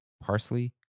Parsley